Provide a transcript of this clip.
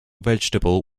vegetable